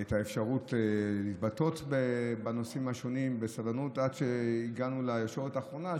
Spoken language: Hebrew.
עם האפשרות להתבטא בנושאים השונים בסבלנות עד שהגענו לישורת האחרונה,